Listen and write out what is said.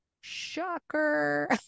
shocker